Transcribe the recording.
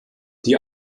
die